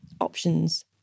options